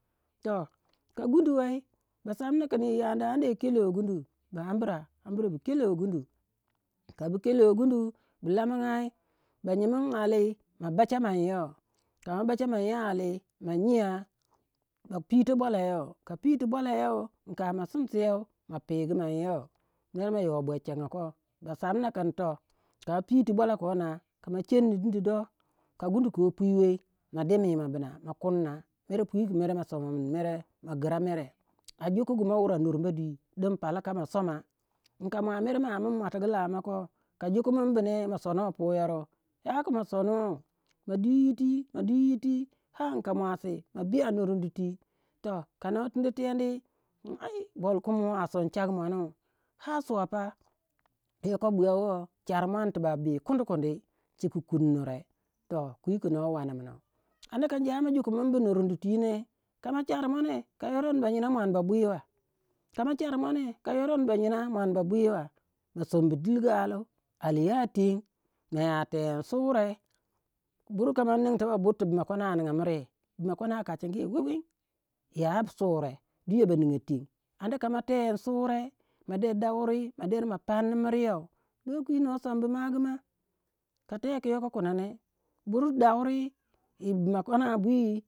toh Ka gundu wei ba samna kin yi anda yi kelo gundu, ba ambra bukelo gundu kabu kelo gundu bu lamagai ba nyimin ali ma bacha min yoh kama bachamin you ali ma nyiya ba bapito bwala you, ka piti bwala you in ka ma simseu ma pigu ma yoh mer ma yo bwechenga ko, ba samna kin toh kama piti bwala ko na kama cheni dindido ka gundu ko pwiwei ma de mima buna ma kurna mer kwi pu mere ma soma mun mere ma gira mere, a jukugu mau wurei nurumba dwi din palaka ma soma in ka mua mere ma amin muatigu lahmo koh ka jukumun bu ne ma sono puyoru ya ku ma sonuwau ma dwi yiti ma dwi yiti, ar ka muasi ma biya nurunditi toh ka noh tinditendi kin ai bolkumi woh a son chagu muanu ar suwa pa yoko buyawoh char muan tibak bii kundi kundi chika kun nure toh kwi ku no wanimnau anda ka injamo jukumun bu nuruditwi neh kama char muane ko yoron bayinya muan ba bwyiwa ma sombu dilgu aliu, ali ya teng maya teni sure bur kama nin tibak bur ti bimakwana ninga miriyai, bimakwana kachingi wiwing ya sure duya ba ninga teng anda kama teni sure ma der dauri ma panni miryo, doh kwi noh sombu magi ma ka teku yoko kina bur dauri yi bimakwana bwi.